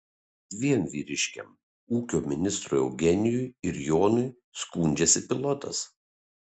dviem vyriškiams ūkio ministrui eugenijui ir jonui skundžiasi pilotas